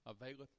availeth